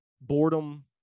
boredom